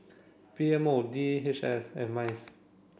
P M O D H S and MICE